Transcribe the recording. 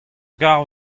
gar